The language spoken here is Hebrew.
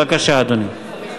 בבקשה, אדוני.